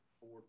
four